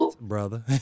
brother